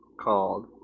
called